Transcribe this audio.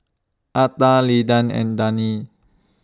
Atha Lyda and Daneen